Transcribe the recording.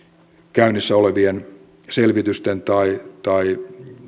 käynnissä olevien selvitysten tai tai